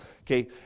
Okay